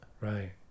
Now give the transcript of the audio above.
right